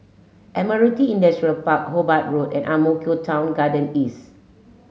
Admiralty Industrial Park Hobart Road and Ang Mo Kio Town Garden East